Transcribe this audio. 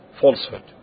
falsehood